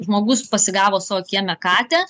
žmogus pasigavo savo kieme katę